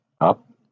up